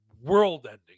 world-ending